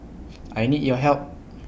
I need your help